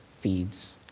feeds